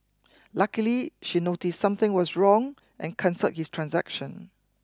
luckily she noticed something was wrong and cancelled his transaction